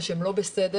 ושהם לא בסדר.